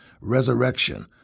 resurrection